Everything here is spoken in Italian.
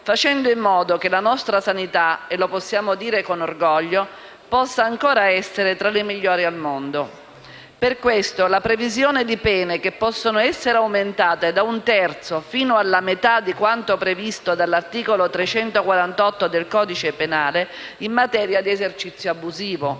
facendo in modo che la nostra sanità, e lo possiamo dire con orgoglio, possa ancora essere tra le migliori al mondo. Per questo la previsione di pene che possono essere aumentate da un terzo fino alla metà di quanto previsto dall'articolo 348 del codice penale, in materia di esercizio abusivo.